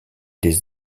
des